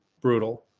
brutal